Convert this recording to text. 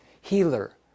healer